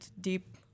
deep